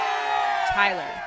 Tyler